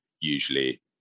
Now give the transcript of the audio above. usually